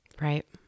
Right